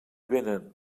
vénen